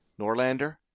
Norlander